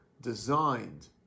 designed